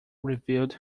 revealed